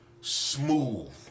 smooth